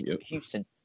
Houston